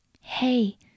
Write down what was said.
Hey